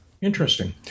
Interesting